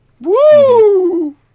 Woo